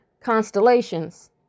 constellations